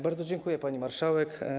Bardzo dziękuję, pani marszałek.